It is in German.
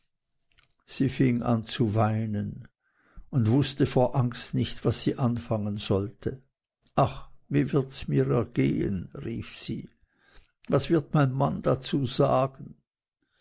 sie fing an zu weinen und wußte vor angst nicht was sie anfangen sollte ach wie wird mirs ergehen rief sie was wird mein mann dazu sagen